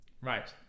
Right